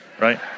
Right